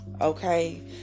okay